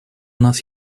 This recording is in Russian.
нас